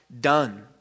done